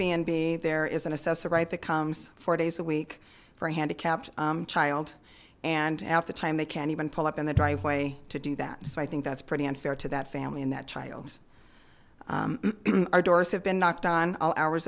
b there is an assessor right that comes four days a week for a handicapped child and out the time they can't even pull up in the driveway to do that so i think that's pretty unfair to that family in that child our doors have been knocked on all hours